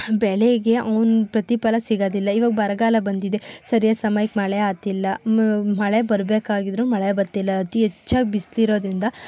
ಬೆಲೆಗೆ ಅವ್ನ ಪ್ರತಿಫಲ ಸಿಗೋದಿಲ್ಲ ಇವಾಗ ಬರಗಾಲ ಬಂದಿದೆ ಸರಿಯಾಗಿ ಸಮಯಕ್ಕೆ ಮಳೆ ಆಗ್ತಿಲ್ಲ ಮಳೆ ಬರ್ಬೇಕಾಗಿದ್ರು ಮಳೆ ಬರ್ತಿಲ್ಲ ಅತಿ ಹೆಚ್ಚಾಗಿ ಬಿಸಿಲಿರೋದ್ರಿಂದ